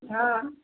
હાં